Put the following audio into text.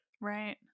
Right